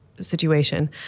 Situation